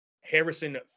Harrison